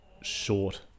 short